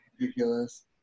Ridiculous